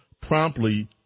promptly